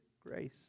grace